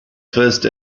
first